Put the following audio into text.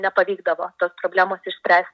nepavykdavo tos problemos išspręs